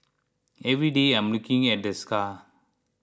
every day I'm looking at the scar